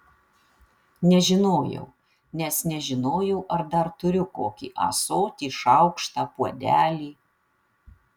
nežinojau nes nežinojau ar dar turiu kokį ąsotį šaukštą puodelį